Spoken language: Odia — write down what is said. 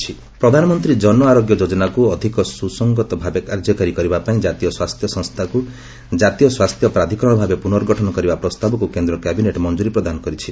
କ୍ୟାବିନେଟ୍ ନେସନାଲ୍ ହେଲ୍ଥ୍ ପ୍ରଧାନମନ୍ତ୍ରୀ ଜନ ଆରୋଗ୍ୟ ଯୋଜନାକୁ ଅଧିକ ସୁସଙ୍ଗତ ଭାବେ କାର୍ଯ୍ୟକାରୀ କରିବାପାଇଁ ଜାତୀୟ ସ୍ୱାସ୍ଥ୍ୟ ସଂସ୍ଥାକୁ ଜାତୀୟ ସ୍ୱାସ୍ଥ୍ୟ ପ୍ରାଧିକରଣ ଭାବେ ପୁନର୍ଗଠନ କରିବା ପ୍ରସ୍ତାବକୁ କେନ୍ଦ୍ର କ୍ୟାବିନେଟ୍ ମଞ୍ଜୁରି ପ୍ରଦାନ କରିଛି